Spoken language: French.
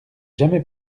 jamais